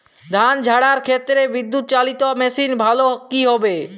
ধান ঝারার ক্ষেত্রে বিদুৎচালীত মেশিন ভালো কি হবে?